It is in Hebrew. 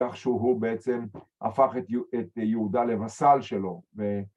‫כך שהוא בעצם הפך את את יהודה ‫לווסל שלו ו...